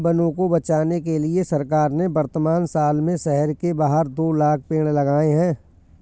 वनों को बचाने के लिए सरकार ने वर्तमान साल में शहर के बाहर दो लाख़ पेड़ लगाए हैं